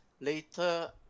Later